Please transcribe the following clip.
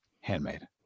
Handmade